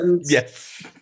yes